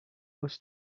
was